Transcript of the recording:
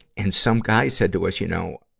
and some guy said to us, you know,